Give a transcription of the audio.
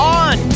on